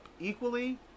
equally